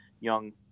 young